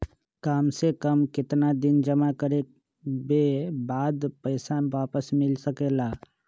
काम से कम केतना दिन जमा करें बे बाद पैसा वापस मिल सकेला?